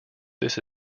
this